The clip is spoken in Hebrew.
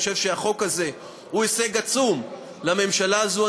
אני חושב שהחוק הזה הוא הישג עצום לממשלה הזאת.